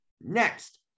Next